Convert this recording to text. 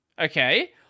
Okay